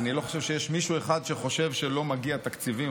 אני לא חושב שיש מישהו אחד שחושב שלא מגיעים תקציבים,